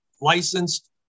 licensed